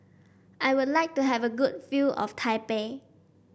I would like to have a good view of Taipei